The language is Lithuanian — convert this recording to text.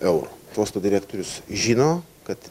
eurų uosto direktorius žino kad